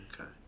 Okay